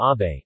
Abe